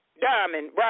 Diamond